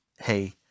hey